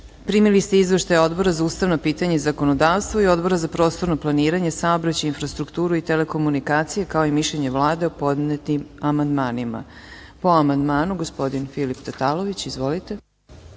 ste Izveštaj Odbora za ustavna pitanja i zakonodavstvo i Odbora za prostorno planiranje, saobraćaj, infrastrukturu i telekomunikacije, kao i mišljenje Vlade o podnetim amandmanima. Po amandmani, gospodin Filip Tatalović. Izvolite.